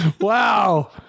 Wow